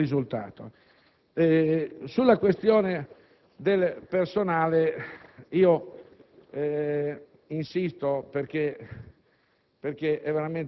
lo stesso risultato. Sulla questione del personale insisto perché